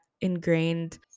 ingrained